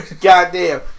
Goddamn